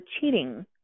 cheating